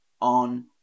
on